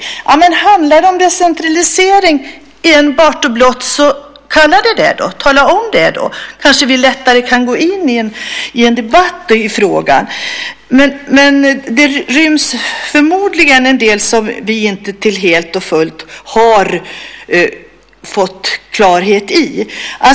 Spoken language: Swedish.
Ja, men handlar det om decentralisering blott och bart, så kalla det för det då, och tala om det, så kan vi kanske lättare gå in i en debatt i frågan. Men här ryms det förmodligen en del som vi inte helt och fullt har fått klarhet i.